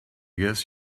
guess